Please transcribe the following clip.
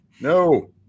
No